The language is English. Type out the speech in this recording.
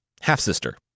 Half-sister